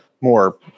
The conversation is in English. more